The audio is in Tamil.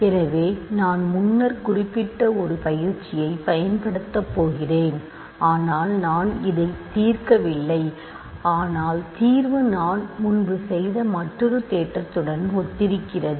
எனவே நான் முன்னர் குறிப்பிட்ட ஒரு பயிற்சியைப் பயன்படுத்தப் போகிறேன் ஆனால் நான் இதைத் தீர்க்கவில்லை ஆனால் தீர்வு நான் முன்பு செய்த மற்றொரு தேற்றத்துடன் ஒத்திருக்கிறது